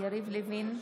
אבקש למנות את הקולות.